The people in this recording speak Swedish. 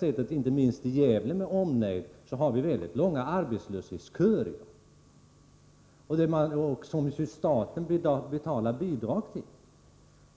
I inte minst i Gävle med omnejd finns i dag långa arbetslöshetsköer, vilket medför kostnader för staten. Skulle man inte kunna tänka sig